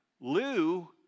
Lou